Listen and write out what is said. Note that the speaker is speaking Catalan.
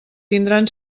tindran